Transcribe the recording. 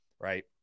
right